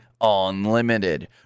Unlimited